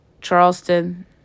Charleston